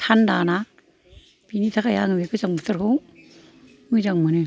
थान्दा ना बेनि थाखाय आं गोजां बोथोरखौ मोजां मोनो